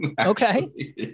okay